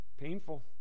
painful